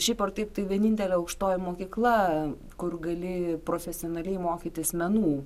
šiaip ar taip tai vienintelė aukštoji mokykla kur gali profesionaliai mokytis menų